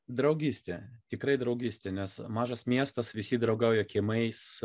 draugystė tikrai draugystė nes mažas miestas visi draugauja kiemais